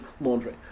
laundry